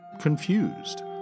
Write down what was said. confused